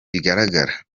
bigaragara